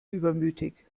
übermütig